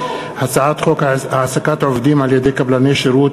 הצעת חוק העסקת עובדים על-ידי קבלני שירות